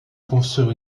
construire